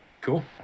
cool